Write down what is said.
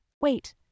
Wait